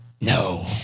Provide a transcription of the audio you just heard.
No